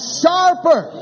sharper